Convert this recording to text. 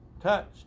touched